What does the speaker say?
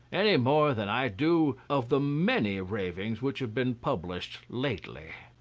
any more than i do of the many ravings which have been published lately.